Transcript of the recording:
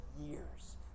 years